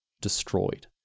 destroyed